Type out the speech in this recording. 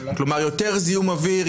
כלומר יותר זיהום אוויר,